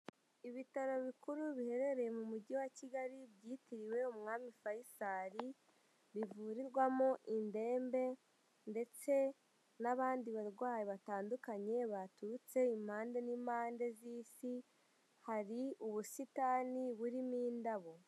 Ibitaro bikuru biherereye mu Mujyi wa Kigali byitiriwe Umwami Faisal, bivurirwamo indembe ndetse n'abandi barwayi batandukanye baturutse impande n'impande z'Isi, hari ubusitani burimo indabo.